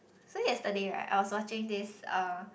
so yesterday right I was watching this uh